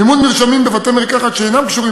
מימון מרשמים בבתי-מרקחת שאינם קשורים